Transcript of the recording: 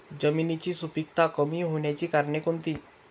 जमिनीची सुपिकता कमी होण्याची कारणे कोणती?